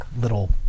little